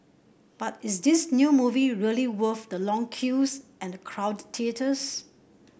but is this new movie really worth the long queues and crowded theatres